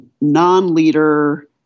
non-leader